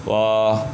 我